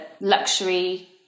luxury